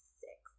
six